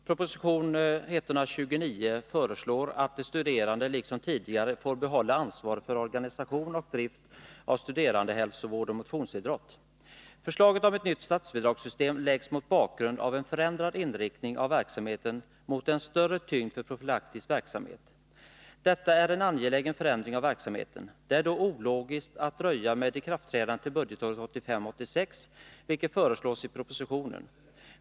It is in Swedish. Herr talman! I proposition 1982 86, vilket föreslås i propositionen.